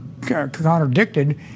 contradicted